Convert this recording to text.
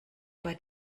bei